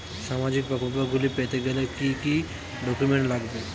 সামাজিক প্রকল্পগুলি পেতে গেলে কি কি ডকুমেন্টস লাগবে?